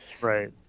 Right